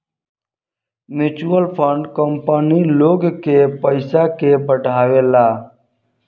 mutual fund company लोग के पयिसा के बढ़ावेला